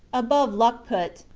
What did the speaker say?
above luckput,